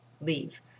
leave